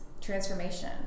transformation